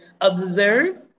observe